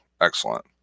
excellent